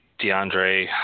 DeAndre